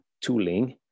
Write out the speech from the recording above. tooling